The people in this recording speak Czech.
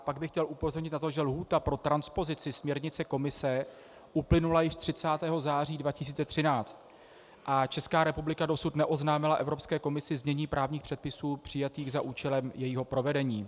Pak bych chtěl upozornit na to, že lhůta pro transpozici směrnice Komise uplynula již 30. září 2013 a Česká republika dosud neoznámila Evropské komisi znění právních předpisů přijatých za účelem jejího provedení.